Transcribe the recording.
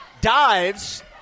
dives